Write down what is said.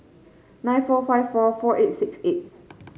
nine four five four four eight six eight